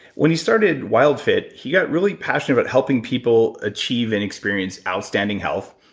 when he started wildfit, he got really passionate about helping people achieve and experience outstanding health,